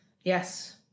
Yes